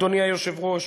אדוני היושב-ראש,